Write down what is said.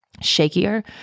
shakier